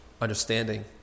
understanding